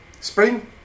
spring